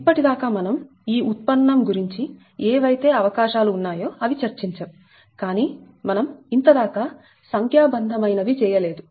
ఇప్పటి దాకా మనం ఈ ఉత్పన్నం గురించి ఏవైతే అవకాశాలు ఉన్నాయో అవి చర్చించాం కానీ మనం ఇంత దాకా సంఖ్యాబంధమైన వి చేయలేదు